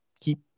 keep